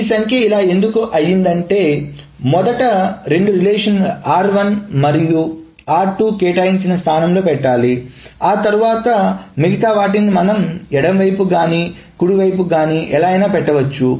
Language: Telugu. ఈ సంఖ్య ఇలా ఎందుకు అయిందంటే మొదట రెండు రిలేషన్స్ r1 మరియు r2 కేటాయించిన స్థానంలో పెట్టాలి ఆ తర్వాత మిగతా వాటినీ మనం ఎడమవైపు గానీ కుడివైపు గానీ ఎలా అయినా పెట్టొచ్చు